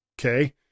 okay